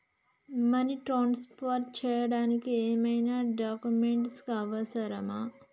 Money transfer చేయడానికి ఏమైనా documents అవసరమా?